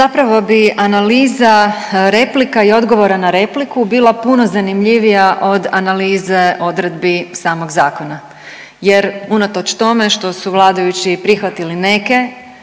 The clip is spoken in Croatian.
Zapravo bi analiza replika i odgovora na repliku bila puno zanimljivija od analize odredbi samog zakona jer unatoč tome što su vladajući prihvatili neke